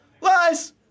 lies